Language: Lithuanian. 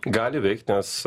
gali veikt nes